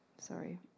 sorry